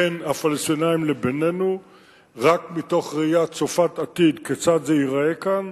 בין הפלסטינים לבינינו רק מתוך ראייה צופת עתיד כיצד זה ייראה כאן.